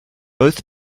both